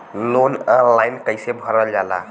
Loan online कइसे भरल जाला?